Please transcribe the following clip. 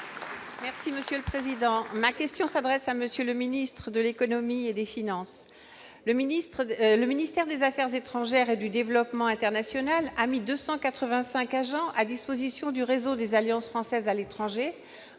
Les Républicains. Ma question s'adresse à M. le ministre de l'économie et des finances. Le ministère des affaires étrangères et du développement international a mis 285 agents à la disposition du réseau des alliances françaises à l'étranger,